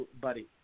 buddy